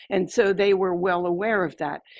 and so they were well aware of that.